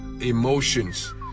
emotions